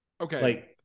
Okay